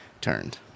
turned